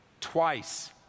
twice